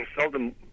seldom